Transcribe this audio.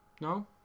No